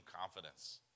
confidence